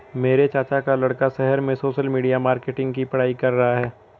मेरे चाचा का लड़का शहर में सोशल मीडिया मार्केटिंग की पढ़ाई कर रहा है